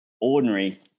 ordinary